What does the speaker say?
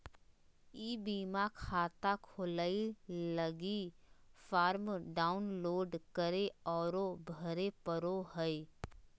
ई बीमा खाता खोलय लगी फॉर्म डाउनलोड करे औरो भरे पड़ो हइ